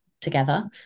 together